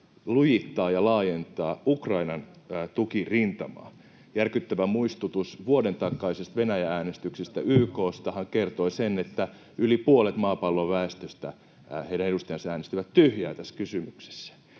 lujittaa ja laajentaa Ukrainan tukirintamaa. Järkyttävä muistutus vuoden takaisista Venäjä-äänestyksistä YK:stahan kertoi sen, että yli puolet maapallon väestöstä, heidän edustajansa, äänestivät tyhjää tässä kysymyksessä.